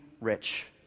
rich